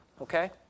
Okay